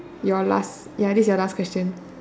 your last ya this is your last question